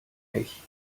pech